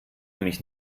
mich